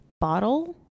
bottle